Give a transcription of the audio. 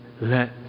Let